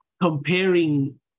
comparing